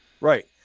Right